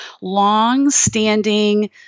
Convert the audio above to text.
long-standing